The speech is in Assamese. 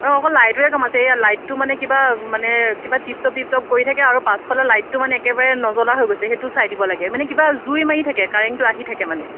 অঁ অকল লাইটৰে কাম আছে এইয়া লাইটটো মানে কিবা মানে কিবা টিপটপ টিপটপ কৰি থাকে আৰু পাছফালৰ লাইটটো মানে একেবাৰে নজ্ৱলা হৈ গৈছে সেইটো চাই দিব লাগে মানে কিবা জুই মাৰি থাকে কাৰেণ্টটো আহি থাকে মানে